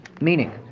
Meaning